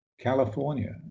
California